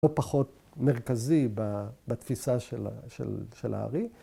‫הוא פחות מרכזי בתפיסה של ההר"י.